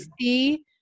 see